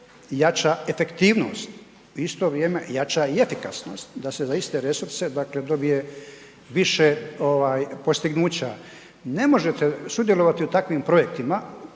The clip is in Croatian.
jača efektivnost u isto vrijeme jača i efikasnost, da se za iste resurse dakle dobije više postignuća. Ne možete sudjelovati u takvim projektima,